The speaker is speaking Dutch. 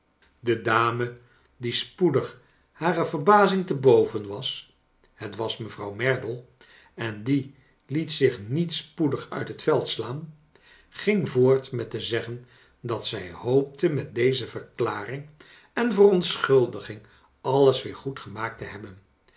de dame die spoedig hare verbazing te boven was het was mevrouw merdle en die liet zich niet spoedig uit het veld slaan ging voort met te zeggen dat zij hoopte met deze verklaring en verontschuldiging alles weer goed gemaakt te hebben